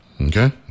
okay